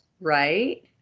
right